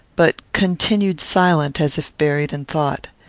but continued silent, as if buried in thought.